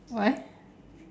why